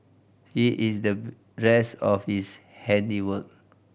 here is the rest of his handiwork